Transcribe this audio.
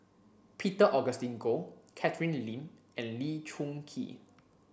Peter Augustine Goh Catherine Lim and Lee Choon Kee